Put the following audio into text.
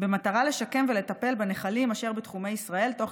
במטרה לשקם ולטפל בנחלים אשר בתחומי ישראל תוך